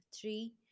three